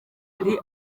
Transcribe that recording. hari